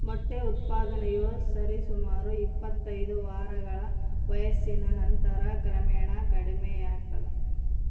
ಮೊಟ್ಟೆ ಉತ್ಪಾದನೆಯು ಸರಿಸುಮಾರು ಇಪ್ಪತ್ತೈದು ವಾರಗಳ ವಯಸ್ಸಿನ ನಂತರ ಕ್ರಮೇಣ ಕಡಿಮೆಯಾಗ್ತದ